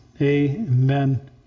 Amen